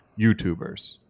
youtubers